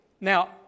Now